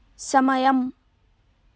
సమయం